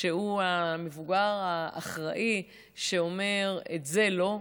שהוא המבוגר האחראי שאומר: את זה לא,